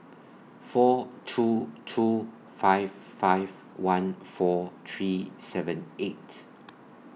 four two two five five one four three seven eight